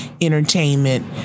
entertainment